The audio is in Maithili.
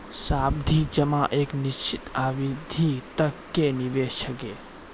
सावधि जमा एक निश्चित अवधि तक के निवेश छिकै